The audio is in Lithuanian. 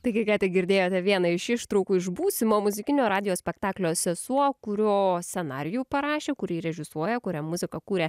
taigi ką tik girdėjote vieną iš ištraukų iš būsimo muzikinio radijo spektaklio sesuo kurio scenarijų parašė kurį režisuoja kuriam muziką kuria